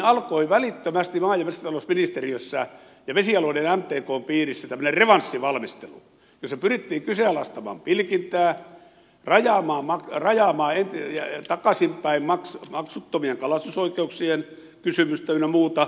alkoi välittömästi maa ja metsätalousministeriössä ja vesialueiden ja mtkn piirissä tämmöinen revanssivalmistelu jossa pyrittiin kyseenalaistamaan pilkintää rajaamaan takaisinpäin maksuttomien kalastusoikeuksien kysymystä ynnä muuta